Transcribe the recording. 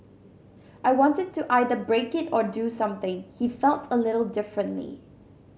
I wanted to either break it or do something he felt a little differently